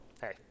hey